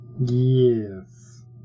Yes